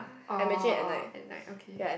oh oh and like okay